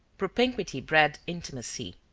propinquity bred intimacy.